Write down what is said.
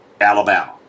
Alabama